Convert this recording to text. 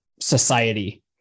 Society